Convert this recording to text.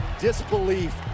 disbelief